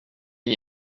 n’y